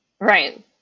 Right